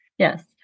Yes